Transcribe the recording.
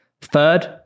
Third